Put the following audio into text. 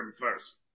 first